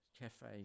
cafe